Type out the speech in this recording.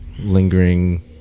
lingering